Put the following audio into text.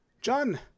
John